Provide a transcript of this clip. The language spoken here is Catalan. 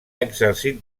exercit